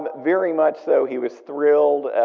very much so. he was thrilled.